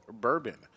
bourbon